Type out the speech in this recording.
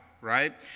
right